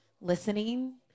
listening